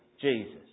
Jesus